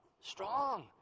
Strong